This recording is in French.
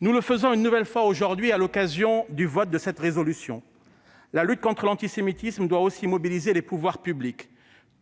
Nous le faisons une nouvelle fois à l'occasion du vote de cette proposition de résolution. La lutte contre l'antisémitisme doit aussi mobiliser